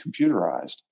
computerized